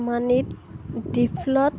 মানিত ডিফ'ল্ট